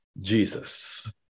Jesus